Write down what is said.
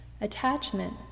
Attachment